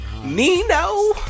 Nino